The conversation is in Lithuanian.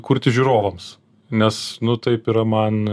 kurti žiūrovams nes nu taip yra man